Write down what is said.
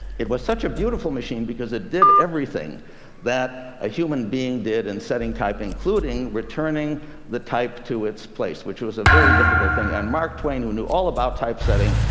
it was such a beautiful machine because it did everything that a human being did in setting type including returning the type to its place, which was a very difficult thing. and mark twain, who knew all about typesetting,